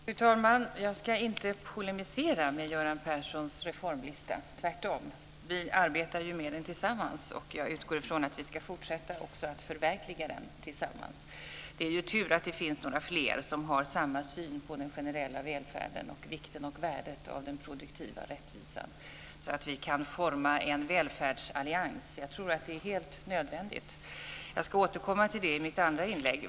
Fru talman! Jag ska inte polemisera med Göran Perssons reformlista, tvärtom. Vi arbetar ju med den tillsammans, och jag utgår från att vi ska fortsätta att också förverkliga den tillsammans. Det är ju tur att det finns några fler som har samma syn på den generella välfärden och vikten och värdet av den produktiva rättvisan, så att vi kan forma en välfärdsallians. Jag tror att det är helt nödvändigt. Jag ska återkomma till det i mitt andra inlägg.